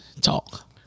talk